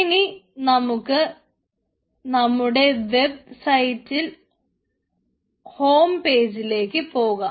ഇനി നമുക്ക് നമ്മുടെ വെബ് സൈറ്റ് ഹോം പേജിലേക്ക് പോകാം